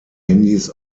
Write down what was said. handys